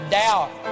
doubt